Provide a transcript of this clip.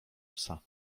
psa